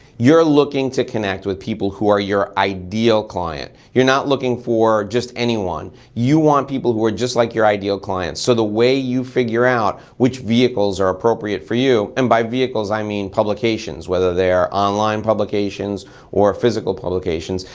you're looking to connect with people who are your ideal client. you're not looking for just anyone. you want people who are just like your ideal client, so the way you figure out which vehicles are appropriate for you and by vehicles i mean publications, whether they are online publications or physical publications.